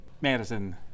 Madison